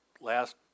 last